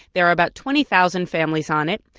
there are about twenty thousand families on it.